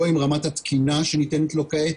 לא עם רמת התקינה שניתנת לו כעת